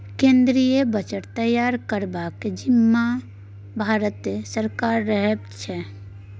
केंद्रीय बजट तैयार करबाक जिम्माँ भारते सरकारक रहै छै